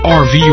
rv